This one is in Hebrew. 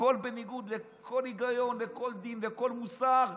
הכול בניגוד לכל היגיון, לכל דין, לכל מוסר,